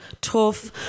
tough